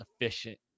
efficient